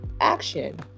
action